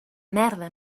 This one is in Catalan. merda